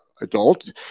adult